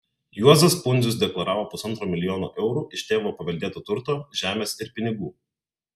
juozas pundzius deklaravo pusantro milijono eurų iš tėvo paveldėto turto žemės ir pinigų